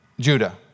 Judah